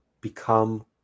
become